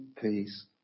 peace